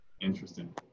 Interesting